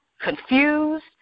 confused